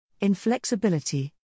Inflexibility